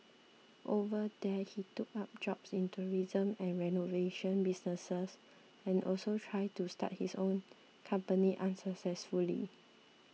over there he took up jobs in tourism and renovation businesses and also tried to start his own company unsuccessfully